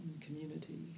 community